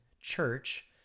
Church